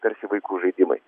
tarsi vaikų žaidimai